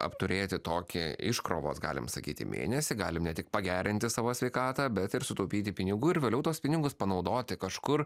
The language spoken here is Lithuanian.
apturėti tokį iškrovos galim sakyti mėnesį galim ne tik pagerinti savo sveikatą bet ir sutaupyti pinigų ir vėliau tuos pinigus panaudoti kažkur